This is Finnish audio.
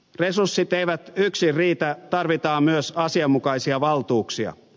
resurssit eivät yksin riitä tarvitaan myös asianmukaisia valtuuksia